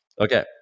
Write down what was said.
Okay